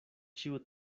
ĉiu